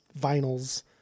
vinyls